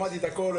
שמעתי את הקול.